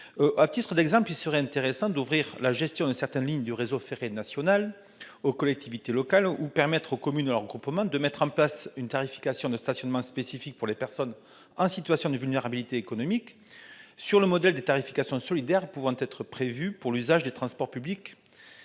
À titre d'exemple, il serait intéressant d'ouvrir la gestion de certaines lignes du réseau ferré national aux collectivités locales ou de permettre aux communes et à leurs groupements de mettre en place une tarification de stationnement spécifique pour les personnes en situation de vulnérabilité économique, sur le modèle des tarifications solidaires pouvant être prévues pour l'usage des transports publics.